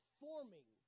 forming